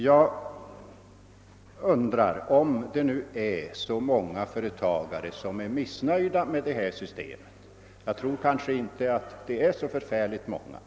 Jag undrar om det är så många företagare som är missnöjda med detta system. Jag tror inte att det är så förfärligt många.